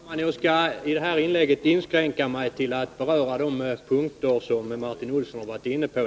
Herr talman! Jag skall i detta inlägg begränsa mig till att beröra de punkter beträffande revision som Martin Olsson varit inne på.